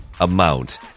amount